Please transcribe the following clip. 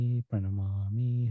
Pranamami